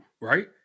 right